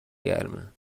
گرمه